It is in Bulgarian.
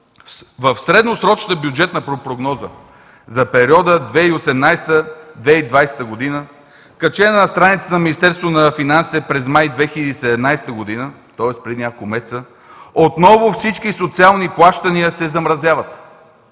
В средносрочната бюджетна прогноза за периода 2018 – 2020 г., качена на страницата на Министерството на финансите през май 2017 г., тоест преди няколко месеца, отново всички социални плащания се замразяват.